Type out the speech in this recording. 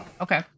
Okay